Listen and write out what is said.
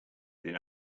then